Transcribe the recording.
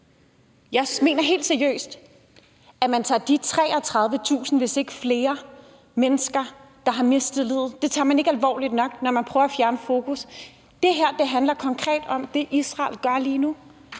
Jeg mener helt seriøst, at man ikke tager de 33.000, hvis ikke flere, mennesker, der har mistet livet, alvorligt nok, når man prøver at fjerne fokus. Det her handler konkret om det, Israel gør lige nu,